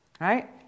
Right